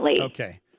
Okay